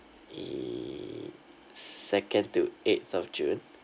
!ee! the second to eighth of june